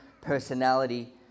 personality